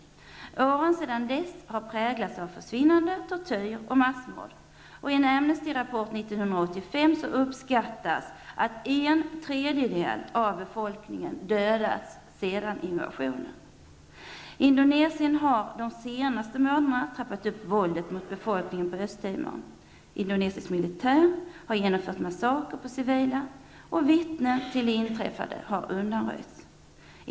Åren sedan dess har präglats av försvinnanden, tortyr och massmord. I en Amnestyrapport 1985 uppskattar man att en tredjedel av befolkningen dödats sedan invasionen. Indonesien har under de senaste månaderna trappat upp våldet mot befolkningen på Östtimor. Indonesisk militär har genomfört massakrer på civila. Vittnen till det inträffade har undanröjts.